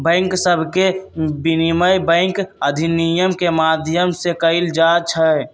bank सभके विनियमन bank अधिनियम के माध्यम से कएल जाइ छइ